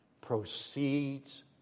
proceeds